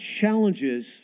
challenges